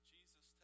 Jesus